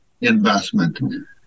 investment